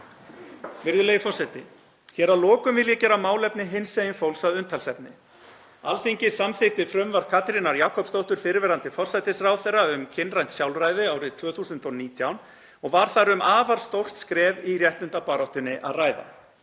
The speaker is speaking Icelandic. Virðulegi forseti. Hér að lokum vil ég gera málefni hinsegin fólks að umtalsefni. Alþingi samþykkti frumvarp Katrínar Jakobsdóttur, fyrrverandi forsætisráðherra, um kynrænt sjálfræði árið 2019 og var þar um afar stórt skref í réttindabaráttunni að ræða.